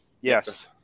Yes